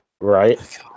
Right